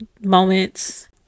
moments